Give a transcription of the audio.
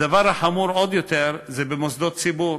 הדבר החמור עוד יותר הוא במוסדות ציבור.